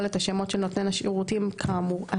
את השמות של נותני השירותים האמורים,